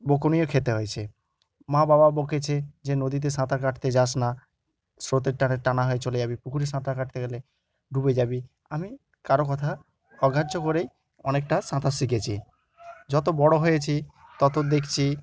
বকুনিও খেতে হয়েছে মা বাবা বকেছে যে নদীতে সাঁতার কাটতে যাস না স্রোতের টানে টানা হয়ে চলে যাবি পুকুরে সাঁতার কাটতে গেলে ডুবে যাবি আমি কারোর কথা অগ্রাহ্য করেই অনেকটা সাঁতার শিখেছি যত বড় হয়েছি তত দেখছি